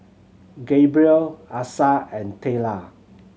Gabriel Asa and Tayla